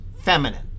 feminine